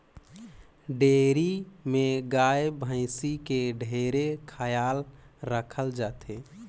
dairy में गाय, भइसी के ढेरे खयाल राखल जाथे